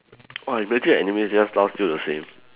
oh imagine anime just style still the same